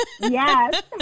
Yes